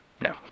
no